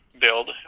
build